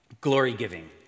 glory-giving